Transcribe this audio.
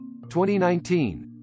2019